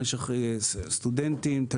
סטודנטים, תלמידים,